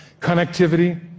connectivity